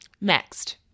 Next